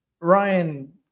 Ryan